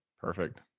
Perfect